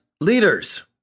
leaders